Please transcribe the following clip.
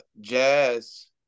jazz